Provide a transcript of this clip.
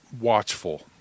watchful